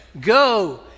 go